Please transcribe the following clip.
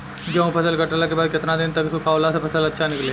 गेंहू फसल कटला के बाद केतना दिन तक सुखावला से फसल अच्छा निकली?